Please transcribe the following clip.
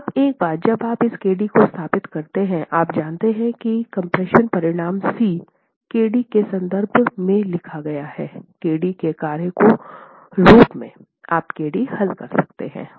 अब एक बार जब आप इस kd को स्थापित करते हैं आप जानते हैं कि कम्प्रेशन परिणाम C kd के संदर्भ में लिखा गया है kd के कार्य के रूप में आप kd हल कर सकते हैं